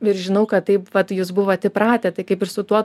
ir žinau kad taip vat jūs buvot įpratę tai kaip ir su tuo